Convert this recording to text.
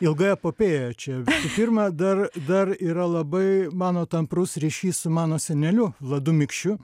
ilga epopėja čia pirma dar dar yra labai mano tamprus ryšys su mano seneliu vladu mikšiu